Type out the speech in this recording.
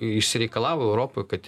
išsireikalavo europoj kad